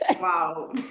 wow